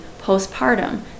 postpartum